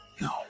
No